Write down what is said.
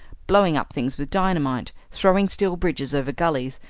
blowing up things with dynamite, throwing steel bridges over gullies,